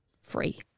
free